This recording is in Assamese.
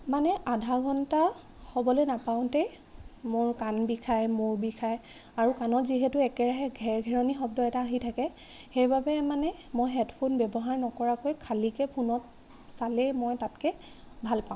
মানে আধা ঘণ্টা হ'বলৈ নাপাওঁতেই মোৰ কাণ বিষাই মোৰ মূৰ বিষাই আৰু কাণত যিহেতু একেৰাহে ঘেৰঘেৰণি শব্দ এটা আহি থাকে সেইবাবে মানে মই হেডফোন ব্য়ৱহাৰ নকৰাকৈ খালীকে ফোনত চালেই মই তাতকে ভালপাওঁ